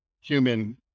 human